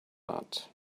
that